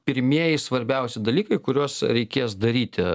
pirmieji svarbiausi dalykai kuriuos reikės daryti